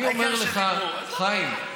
חיים,